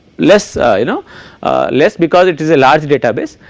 less you know less because it is a large data base.